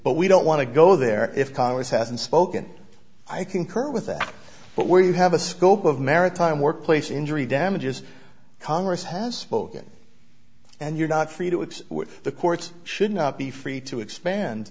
but we don't want to go there if congress hasn't spoken i concur with that but where you have a scope of maritime workplace injury damages congress has spoken and you're not free to accept what the court should not be free to expand